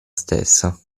stessa